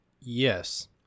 Yes